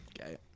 Okay